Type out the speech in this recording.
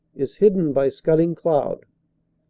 is hidden by scudding cloud.